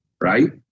right